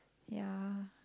ya